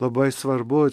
labai svarbu